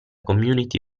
community